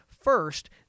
First